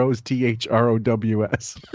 T-H-R-O-W-S